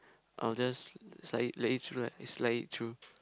I will just slide it let it through like slide it through